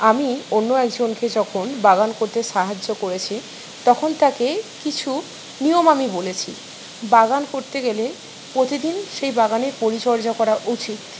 আমি অন্য একজনকে যখন বাগান করতে সাহায্য করেছি তখন তাকে কিছু নিয়ম আমি বলেছি বাগান করতে গেলে প্রতিদিন সেই বাগানের পরিচর্যা করা উচিত